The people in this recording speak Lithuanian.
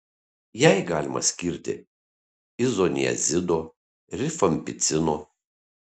jai galima skirti izoniazido rifampicino